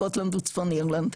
סקוטלנד וצפון אירלנד,